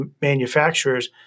manufacturers